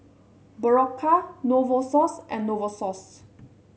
Berocca Novosource and Novosource